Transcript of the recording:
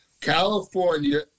California